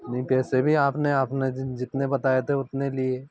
नहीं पैसे भी आपने आपने जितने बताए थे उतने लिए